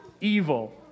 evil